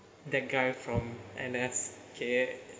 that guy from N_S_K